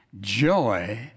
Joy